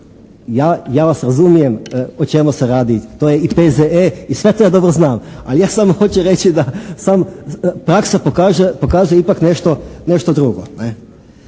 ja vas razumijem o čemu se radi. To je i P.Z.E. i sve ja to dobro znam, ali ja samo hoću reći da sam, praksa pokazuje ipak nešto drugo,